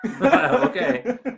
okay